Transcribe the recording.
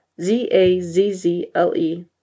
z-a-z-z-l-e